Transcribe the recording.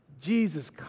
Jesus